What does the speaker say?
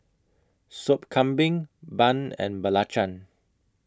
Sop Kambing Bun and Belacan